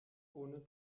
ohne